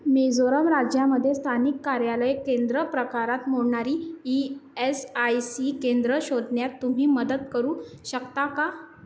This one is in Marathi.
मिझोराम राज्यामध्ये स्थानिक कार्यालय केंद्र प्रकारात मोडणारी ई एस आय सी केंद्रं शोधण्यात तुम्ही मदत करू शकता का